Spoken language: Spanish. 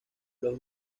los